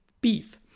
beef